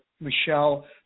Michelle